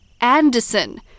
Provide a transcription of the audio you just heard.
Anderson